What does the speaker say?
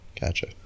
Gotcha